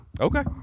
Okay